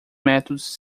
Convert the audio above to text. métodos